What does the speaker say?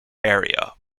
area